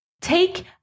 Take